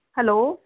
hello